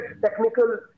technical